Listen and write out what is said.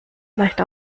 leicht